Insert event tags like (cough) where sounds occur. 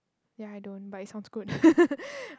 ya I don't but it sounds good (laughs)